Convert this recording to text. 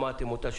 שמעתם אותה,